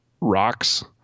rocks